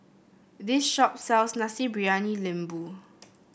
this shop sells Nasi Briyani Lembu